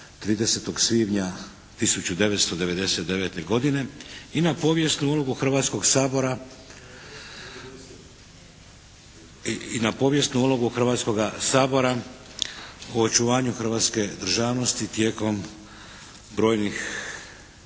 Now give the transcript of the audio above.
se ne razumije./ … I na povijesnu ulogu Hrvatskoga sabora u očuvanju hrvatske državnosti tijekom brojnih